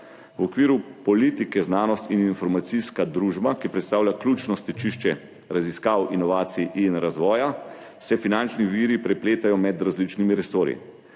V okviru politike Znanost in informacijska družba, ki predstavlja ključno stičišče raziskav, inovacij in razvoja, se finančni viri prepletajo med različnimi resorji.